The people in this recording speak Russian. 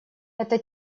это